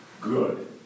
Good